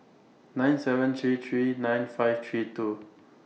nine seven three three nine five three two